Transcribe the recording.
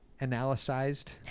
analyzed